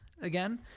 Again